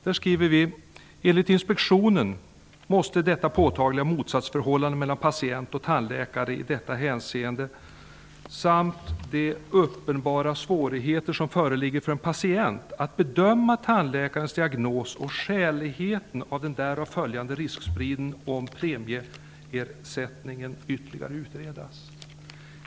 Där skriver vi: ''Enligt inspektionen måste detta påtagliga motsatsförhållande mellan patient och tandläkare i detta hänseende samt de uppenbara svårigheter som föreligger för en patient att bedöma tandläkarens diagnos och skäligheten av den därav följande riskspridningen och premiesättningen ytterligare utredas.''